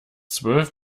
zwölf